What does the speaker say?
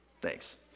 Thanks